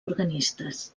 organistes